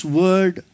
word